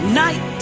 night